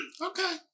okay